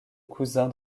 cousin